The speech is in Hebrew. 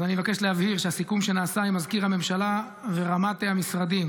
אני מבקש להבהיר שהסיכום שנעשה עם מזכיר הממשלה ורמ"ט המשרדים,